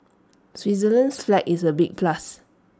Switzerland's flag is A big plus